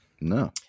No